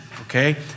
okay